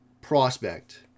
prospect